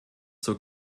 zur